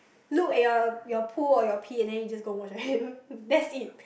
look at your your poo or your pee then you just go wash your hand that's it